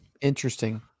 Interesting